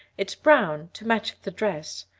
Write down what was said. it's brown, to match the dress.